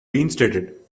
reinstated